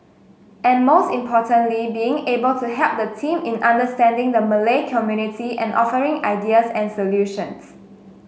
and most importantly being able to help the team in understanding the Malay community and offering ideas and solutions